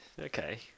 Okay